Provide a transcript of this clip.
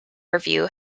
review